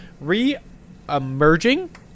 re-emerging